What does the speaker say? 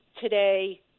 Today